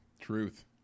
truth